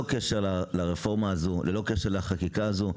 קשר לרפורמה הזאת וללא קשר לחקיקה הזאת.